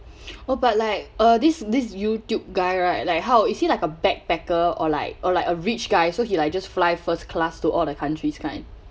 oh but like uh this this YouTube guy right like how is he like a backpacker or like or like a rich guy so he like just fly first class to all the countries kind